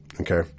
Okay